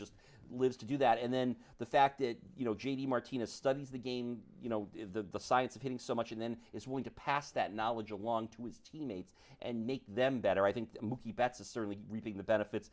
just live to do that and then the fact that you know j d martinez studies the game you know the science of hitting so much and then is willing to pass that knowledge along to his teammates and make them better i think that's certainly reaping the benefits